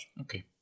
Okay